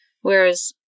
Whereas